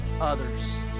others